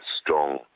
strong